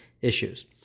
issues